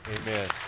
Amen